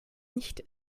nicht